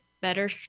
Better